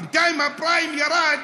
בינתיים הפריים ירד,